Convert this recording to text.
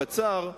קצר,